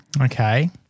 Okay